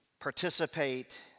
participate